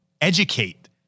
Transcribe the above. educate